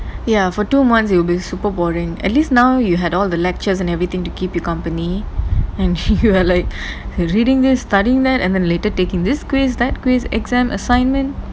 ya for two months it will be super boring at least now you had all the lectures and everything to keep you company and you were like reading this studying that and then later taking this quiz that quiz exam assignment